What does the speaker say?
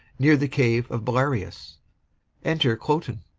near the cave of belarius enter cloten